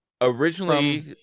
Originally